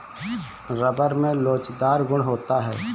rubber में लोचदार गुण होता है